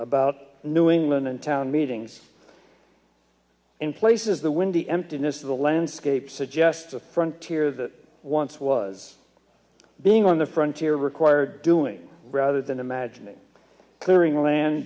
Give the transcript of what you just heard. about new england in town meetings in places the windy emptiness of the landscape suggests a frontier that once was being on the frontier require doing rather than imagining clearing land